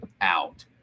out